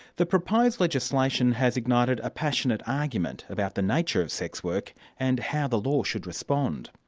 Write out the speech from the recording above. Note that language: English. the proposed legislation has ignited a passionate argument about the nature of sex work and how the law should respond.